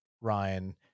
Ryan